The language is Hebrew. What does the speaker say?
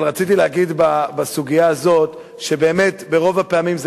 אבל רציתי להגיד בסוגיה הזאת שבאמת ברוב הפעמים זה